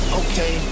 okay